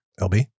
LB